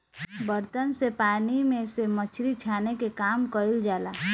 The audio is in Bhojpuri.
बर्तन से पानी में से मछरी छाने के काम कईल जाला